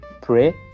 pray